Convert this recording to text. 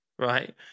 right